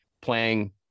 playing